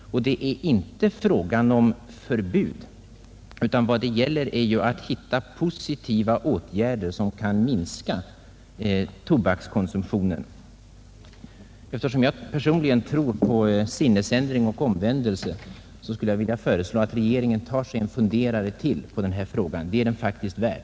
Och det är inte fråga om förbud utan om att försöka hitta positiva åtgärder som kan minska tobakskonsumtionen. Eftersom jag personligen tror på möjligheten till sinnesändring och omvändelse skulle jag vilja föreslå att regeringen tar sig en funderare till på denna fråga. Det är den faktiskt värd!